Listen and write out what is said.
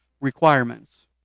requirements